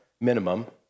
minimum